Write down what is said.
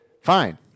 Fine